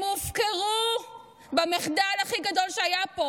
הם הופקרו במחדל הכי גדול שהיה פה,